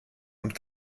und